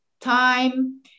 time